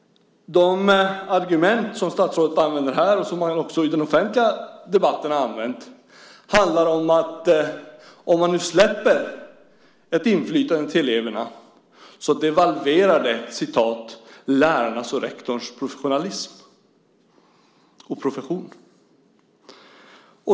De argument som statsrådet använder här, och som han också har använt i den offentliga debatten, handlar om att om man släpper ett inflytande till eleverna devalverar det lärarnas och rektorns profession.